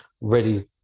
ready